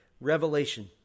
Revelation